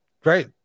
great